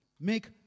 make